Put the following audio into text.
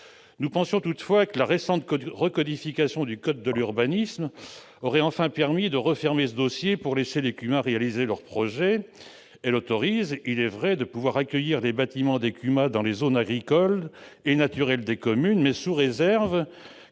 Nous pensions que la récente recodification du code de l'urbanisme aurait enfin permis de clore ce dossier et de laisser les CUMA réaliser leurs projets. Elle autorise, il est vrai, l'accueil des bâtiments des CUMA dans les zones agricoles et naturelles des communes, mais sous réserve